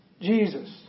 Jesus